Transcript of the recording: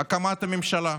הקמת הממשלה.